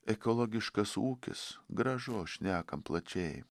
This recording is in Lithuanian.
ekologiškas ūkis gražu o šnekam plačiai